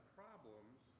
problems